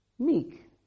Meek